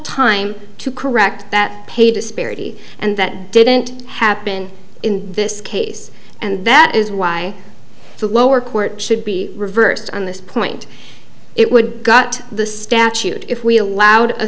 time to correct that pay disparity and that didn't happen in this case and that is why the lower court should be reversed on this point it would got the statute if we allowed a